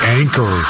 anchor